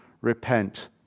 repent